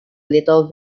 little